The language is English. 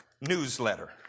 newsletter